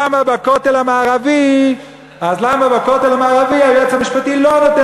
אז למה בכותל המערבי היועץ המשפטי לא נותן